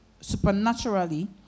supernaturally